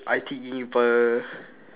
I_T_E